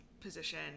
position